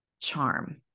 charm